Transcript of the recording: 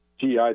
GI